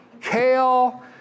kale